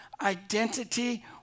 identity